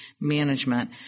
management